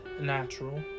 natural